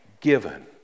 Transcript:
given